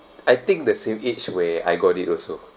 I think the same age where I got it also